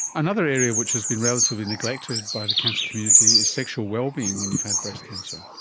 another area which has been relatively neglected by the cancer community is sexual well-being when you've had breast cancer.